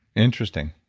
interesting.